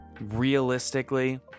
realistically